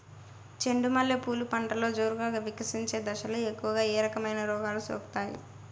చెండు మల్లె పూలు పంటలో జోరుగా వికసించే దశలో ఎక్కువగా ఏ రకమైన రోగాలు సోకుతాయి?